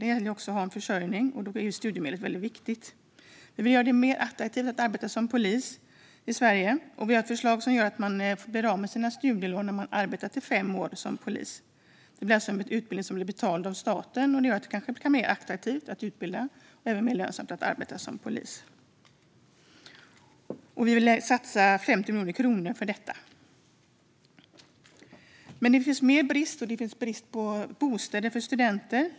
Det gäller också att ha en försörjning, och då blir studiemedlet väldigt viktigt. Vi vill göra det mer attraktivt att arbeta som polis i Sverige, och vi har ett förslag som gör att man blir av med sina studielån när man har arbetat i fem år som polis. Det blir alltså en utbildning som blir betald av staten, och det gör att det kanske blir mer attraktivt att utbilda sig och även mer lönsamt att arbeta som polis. Vi vill satsa 50 miljoner kronor för detta. Det finns fler brister. Det råder brist på bostäder för studenter.